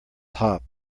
top